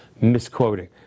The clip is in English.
misquoting